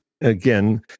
again